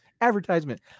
advertisement